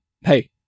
hey